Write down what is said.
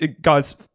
Guys